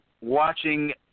watching